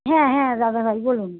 হ্যাঁ হ্যাঁ দাদাভাই বলুন